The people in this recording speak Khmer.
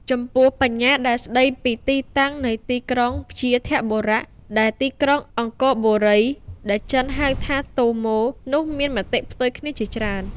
ចំពោះបញ្ញាដែលស្តីពីទីតាំងនៃទីក្រុង វ្យាធបុរៈ ឬ ទីក្រុងអង្គរបូរី ដែលចិន ហៅថា តូមូ នោះ មានមតិផ្ទុយគ្នាជាច្រើន។